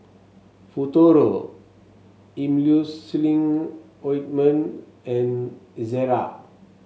Futuro Emulsying Ointment and Ezerra